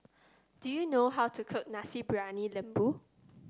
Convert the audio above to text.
do you know how to cook Nasi Briyani Lembu